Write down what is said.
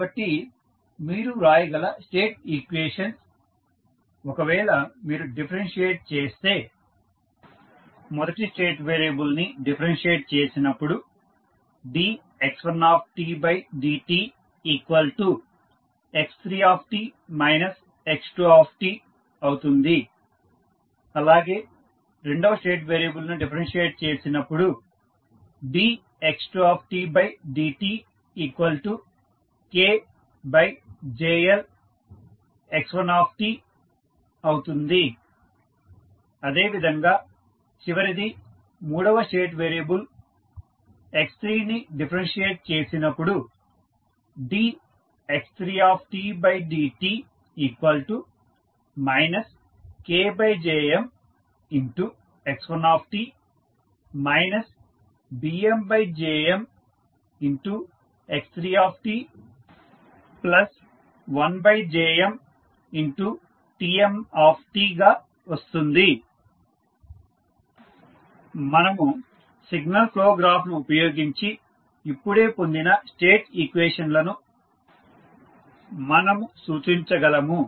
కాబట్టి మీరు వ్రాయగల స్టేట్ ఈక్వేషన్స్ ఒకవేళ మీరు డిఫరెన్షియేట్ చేస్తే dx1dtx3t x2 dx2tdtKJLx1t dx3dt KJmx1t BmJmx3t1JmTm మనము సిగ్నల్ ఫ్లో గ్రాఫ్ను ఉయోగించి ఇప్పుడే పొందిన స్టేట్ ఈక్వేషన్స్ లను మనము సూచించగలము